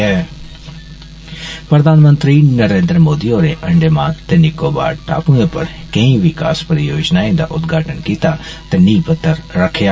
प्रधानमंत्री नरेन्द्र मोदी होरें अंडोमान ते निकोवार टापुएं पर केई विकास परियोजनाएं दा उदघाटन कीता ते नींह् पत्थर रक्खेआ